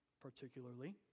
particularly